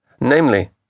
namely